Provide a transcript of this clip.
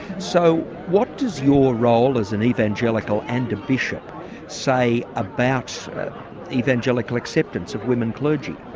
so what does your role as an evangelical and a bishop say about evangelical acceptance of women clergy?